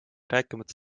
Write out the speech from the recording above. rääkimata